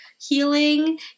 healing